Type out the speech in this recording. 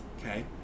Okay